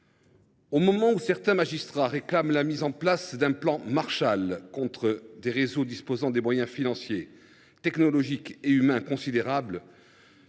Au moment où certains magistrats réclament la mise en place d’un plan Marshall contre des réseaux disposant de moyens financiers, technologiques et humains considérables,